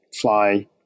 fly